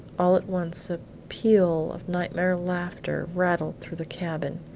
all at once a peal of nightmare laughter rattled through the cabin.